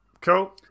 Cool